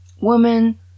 woman